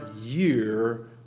year